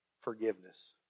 forgiveness